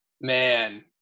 Man